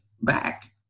back